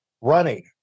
running